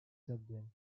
dublin